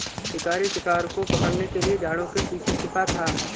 शिकारी शिकार को पकड़ने के लिए झाड़ियों के पीछे छिपा था